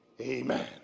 amen